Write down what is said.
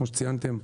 כמו שציינתם,